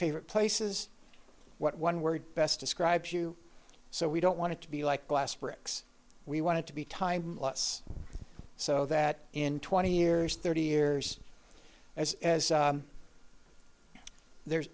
favorite places what one word best describes you so we don't want to be like glass bricks we wanted to be timeless so that in twenty years thirty years as there's